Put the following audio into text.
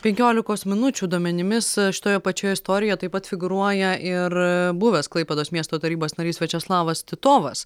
penkiolikos minučių duomenimis šitoje pačioje istorijoje taip pat figūruoja ir buvęs klaipėdos miesto tarybos narys viačeslavas titovas